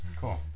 Cool